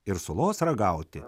ir sulos ragauti